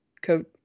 coat